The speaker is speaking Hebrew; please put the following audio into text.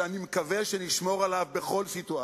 שאני מקווה שנשמור עליו בכל סיטואציה.